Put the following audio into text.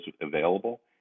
available